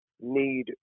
need